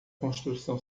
construção